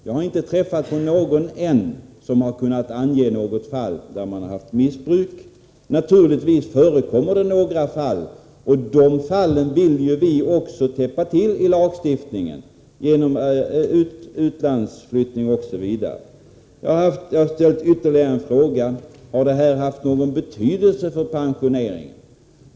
Jag har ännu inte träffat på någon som kunnat ange något fall av missbruk. Naturligtvis förekommer sådana fall, genom utlandsflyttning, men de möjligheterna vill också vi täppa till när det gäller lagstiftningen Den andra frågan är: Har dessa livräntor haft någon betydelse för pensioneringen?